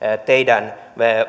teidän